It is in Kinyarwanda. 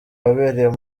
wabereye